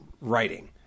writing